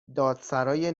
دادسرای